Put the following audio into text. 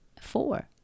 four